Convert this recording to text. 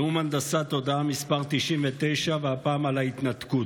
נאום הנדסת תודעה מס' 99, והפעם על ההתנתקות.